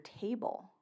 table